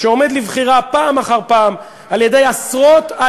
שעומד לבחירה פעם אחר פעם על-ידי עשרות-אלפי